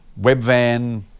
Webvan